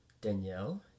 Danielle